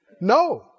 No